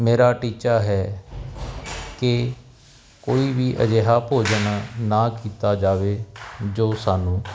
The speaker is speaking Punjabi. ਮੇਰਾ ਟੀਚਾ ਹੈ ਕਿ ਕੋਈ ਵੀ ਅਜਿਹਾ ਭੋਜਨ ਨਾ ਕੀਤਾ ਜਾਵੇ ਜੋ ਸਾਨੂੰ